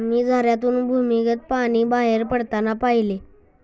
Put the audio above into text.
मी झऱ्यातून भूमिगत पाणी बाहेर पडताना पाहिले